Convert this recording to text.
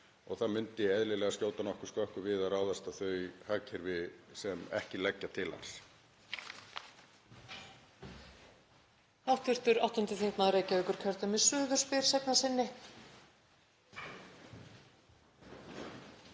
og það myndi eðlilega skjóta nokkuð skökku við að ráðast á þau hagkerfi sem ekki leggja til hans.